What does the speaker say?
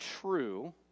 true